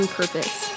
purpose